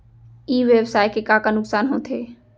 ई व्यवसाय के का का नुक़सान होथे?